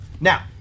Now